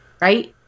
Right